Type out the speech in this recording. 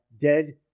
dead